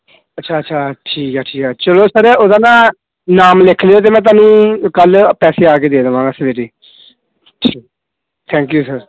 ਅੱਛਾ ਅੱਛਾ ਠੀਕ ਹੈ ਠੀਕ ਹੈ ਚਲੋ ਸਰ ਉਹਦਾ ਨਾ ਨਾਮ ਲਿਖ ਲਿਓ ਅਤੇ ਮੈਂ ਤੁਹਾਨੂੰ ਕੱਲ੍ਹ ਪੈਸੇ ਆ ਕੇ ਦੇ ਦੇਵਾਂਗਾ ਸਵੇਰੇ ਠੀਕ ਥੈਂਕ ਯੂ